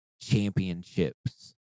championships